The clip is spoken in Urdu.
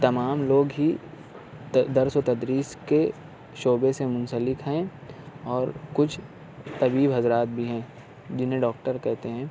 تمام لوگ ہی درس و تدریس کے شعبے سے منسلک ہیں اور کچھ طبیب حضرات بھی ہیں جنہیں ڈاکٹر کہتے ہیں